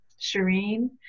Shireen